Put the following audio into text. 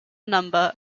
number